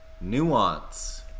nuance